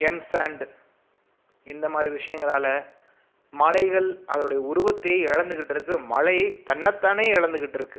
M sand இந்தமாதிரி விஷயங்களால் மலைகள் அதனுடைய உருவத்தை இழந்துகிட்ருக்கு மலை தன்னத்தானே எழந்துகிட்ருக்கு